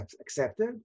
accepted